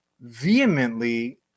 vehemently